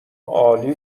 عالی